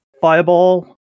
fireball